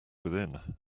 within